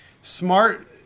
Smart